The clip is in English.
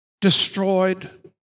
destroyed